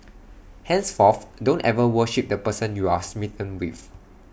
henceforth don't ever worship the person you're smitten with